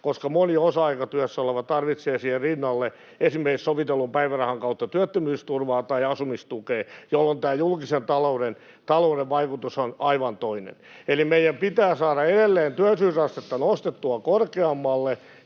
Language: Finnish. koska moni osa-aikatyössä oleva tarvitsee siihen rinnalle esimerkiksi sovitellun päivärahan kautta työttömyysturvaa tai asumistukea, jolloin julkisen talouden vaikutus on aivan toinen. Eli meidän pitää saada edelleen työllisyysastetta nostettua korkeammalle